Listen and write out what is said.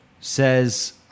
says